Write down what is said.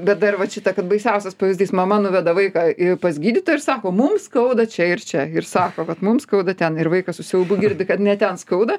bet dar vat šitą kad baisiausias pavyzdys mama nuveda vaiką į pas gydytoją ir sako mums skauda čia ir čia ir sako vat mums skauda ten ir vaikas su siaubu girdi kad ne ten skauda